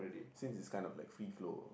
since is kind of like free flow